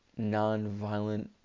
nonviolent